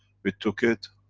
we took it,